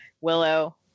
Willow